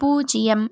பூஜ்ஜியம்